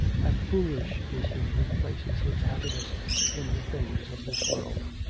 and foolish is he who places his happiness in the things of this world